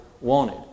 wanted